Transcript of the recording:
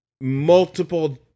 multiple